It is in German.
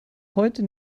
heute